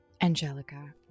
Angelica